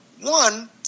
One